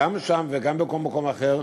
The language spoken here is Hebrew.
גם שם וגם בכל מקום אחר,